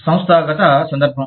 సంస్థాగత సందర్భం